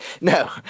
No